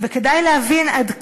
וכדאי להבין עד כמה,